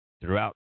throughout